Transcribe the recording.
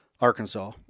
Arkansas